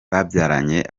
babyaranye